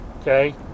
okay